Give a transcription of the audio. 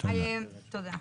תודה.